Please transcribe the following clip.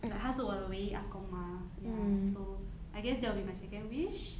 like 他是我的唯一阿公 mah ya so I guess that will be my second wish